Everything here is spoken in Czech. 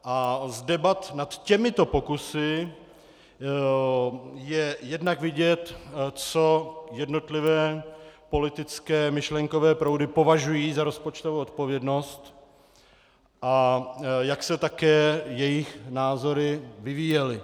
Z debat nad těmito pokusy je jednak vidět, co jednotlivé politické myšlenkové proudy považují za rozpočtovou odpovědnost a jak se také jejich názory vyvíjely.